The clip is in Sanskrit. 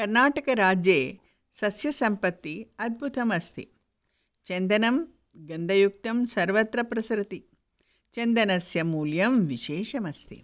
कर्नाटकराज्ये सस्यसम्पत्तिः अद्भुतम् अस्ति चन्दनं गन्धयुक्तं सर्वत्र प्रसरति चन्दनस्य मूल्यं विशेषमस्ति